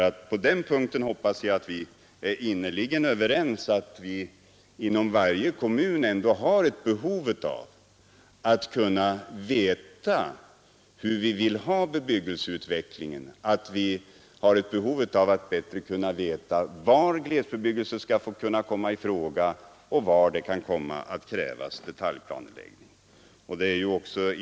Det finns inom varje kommun — på den punkten hoppas jag att vi ändå är överens — ett behov av att bedöma bebyggelseutvecklingen, var glesbebyggelse skall kunna få komma i fråga och var det kan komma att krävas detaljplaneläggning.